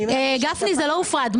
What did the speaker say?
גפני, זה לא הופרד.